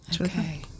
Okay